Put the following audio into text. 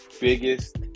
biggest